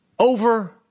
Over